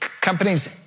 companies